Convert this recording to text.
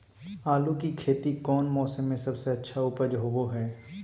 आलू की खेती कौन मौसम में सबसे अच्छा उपज होबो हय?